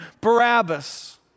Barabbas